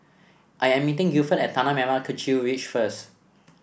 I am meeting Gilford at Tanah Merah Kechil Ridge first